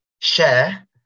share